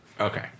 Okay